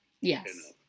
Yes